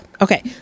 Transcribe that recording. Okay